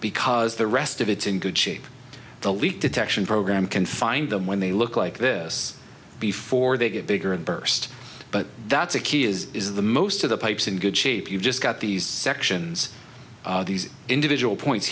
because the rest of it's in good shape the leak detection program can find them when they look like this before they get bigger and burst but that's a key is is the most of the pipes in good shape you've just got these sections these individual points